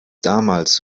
damals